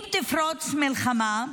אם תפרוץ מלחמה,